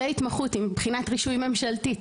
והתמחות עם בחינת רישוי ממשלתית